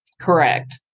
Correct